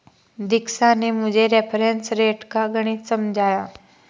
दीक्षा ने मुझे reference rate का गणित समझाया